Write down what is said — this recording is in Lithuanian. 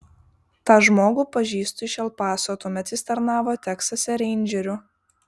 tą žmogų pažįstu iš el paso tuomet jis tarnavo teksase reindžeriu